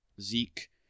Zeke